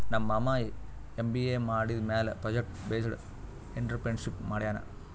ನಮ್ ಮಾಮಾ ಎಮ್.ಬಿ.ಎ ಮಾಡಿದಮ್ಯಾಲ ಪ್ರೊಜೆಕ್ಟ್ ಬೇಸ್ಡ್ ಎಂಟ್ರರ್ಪ್ರಿನರ್ಶಿಪ್ ಮಾಡ್ಯಾನ್